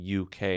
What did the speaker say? UK